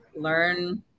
learn